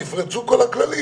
למעט סימן ג' פרק ב',